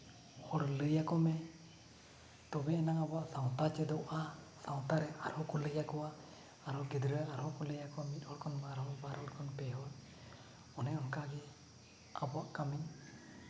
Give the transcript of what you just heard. ᱦᱚᱲ ᱞᱟᱹᱭ ᱟᱠᱚ ᱢᱮ ᱛᱚᱵᱮᱭᱟᱱᱟᱜ ᱟᱵᱚᱣᱟᱜ ᱥᱟᱶᱛᱟ ᱪᱮᱫᱚᱜᱼᱟ ᱥᱟᱶᱛᱟ ᱨᱮ ᱟᱨ ᱦᱚᱸ ᱠᱚ ᱞᱟᱹᱭ ᱟᱠᱚᱣᱟ ᱟᱨ ᱦᱚᱸ ᱜᱤᱫᱽᱨᱟᱹ ᱟᱨ ᱦᱚᱸ ᱞᱟᱹᱭ ᱟᱠᱚᱣᱟ ᱢᱤᱫ ᱦᱚᱲ ᱟᱨ ᱦᱚᱸ ᱵᱟᱨ ᱦᱚᱲ ᱠᱷᱚᱱ ᱯᱮ ᱦᱚᱲ ᱚᱱᱮ ᱚᱱᱠᱟᱜᱮ ᱟᱵᱚᱣᱟᱜ ᱠᱟᱹᱢᱤ